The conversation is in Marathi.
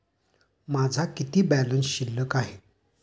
माझा किती बॅलन्स शिल्लक आहे?